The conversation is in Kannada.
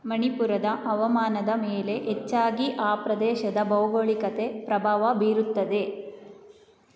ಮಣಿಪುರದ ಹವಾಮಾನದ ಮೇಲೆ ಹೆಚ್ಚಾಗಿ ಆ ಪ್ರದೇಶದ ಭೌಗೋಳಿಕತೆ ಪ್ರಭಾವ ಬೀರುತ್ತದೆ